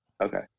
Okay